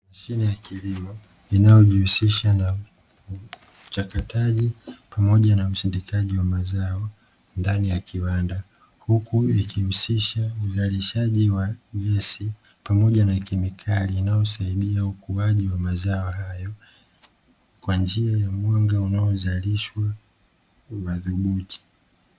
Mashine ya kilimo inaojihusisha na uchakataji pamoja usindikaji wa mazao, ndani ya kiwanda. Huku ikihusisha uzalishaji wa gesi pamoja na kemikali inayosaidia ukuaji wa mazao hayo, kwa njia ya mwanga unaozalishwa madhubuti.